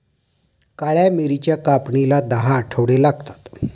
काळ्या मिरीच्या कापणीला दहा आठवडे लागतात